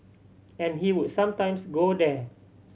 and he would sometimes go there